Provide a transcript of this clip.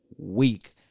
week